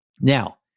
Now